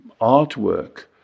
artwork